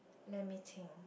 let me think